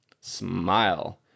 smile